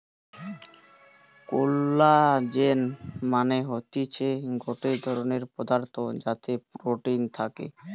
collagen মানে হতিছে গটে ধরণের পদার্থ যাতে প্রোটিন থাকে